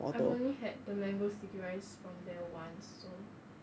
I've only had the mango sticky rice from there once so